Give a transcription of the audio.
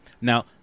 Now